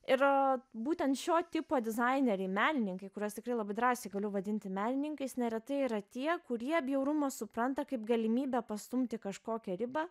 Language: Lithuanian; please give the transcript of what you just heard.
ir būtent šio tipo dizaineriai menininkai kuriuos tikrai labai drąsiai galiu vadinti menininkais neretai yra tie kurie bjaurumą supranta kaip galimybę pastumti kažkokią ribą